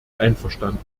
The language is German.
einverstanden